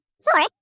Sorry